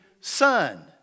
son